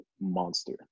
monster